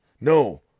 No